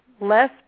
less